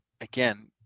again